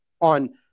on